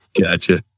Gotcha